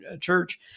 church